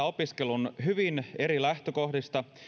opiskelun hyvin eri lähtökohdista